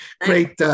great